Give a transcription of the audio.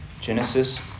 Genesis